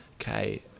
okay